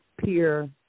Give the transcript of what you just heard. peer